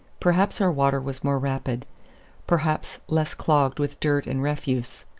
perhaps our water was more rapid perhaps less clogged with dirt and refuse.